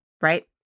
right